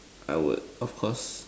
I would of course